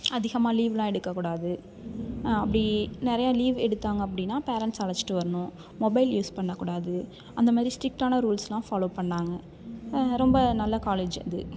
அதிகமாக லீவ்லாம் எடுக்க கூடாது அப்படி நிறைய லீவ் எடுத்தாங்க அப்படினா பேரண்ட்ஸ் அழைச்சிட்டு வரணும் மொபைல் யூஸ் பண்ணக்கூடாது அந்தமாதிரி ஸ்ட்ரிக்டான ரூல்ஸ்லாம் ஃபாலோ பண்ணாங்க ரொம்ப நல்ல காலேஜ் அது